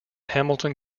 hamilton